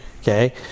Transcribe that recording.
okay